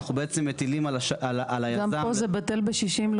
אנחנו בעצם מטילים על היזם --- גם פה זה בטל בשישים.